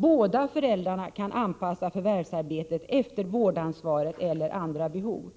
Båda föräldrarna kan då anpassa förvärvsarbetet efter vårdansvaret eller andra behov.